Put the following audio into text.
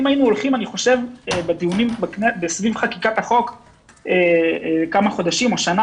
אם היינו הולכים בדיונים סביב חקיקת החוק כמה חודשים או שנה